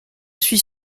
suis